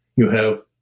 you have